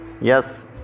Yes